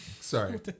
Sorry